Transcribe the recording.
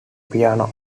piano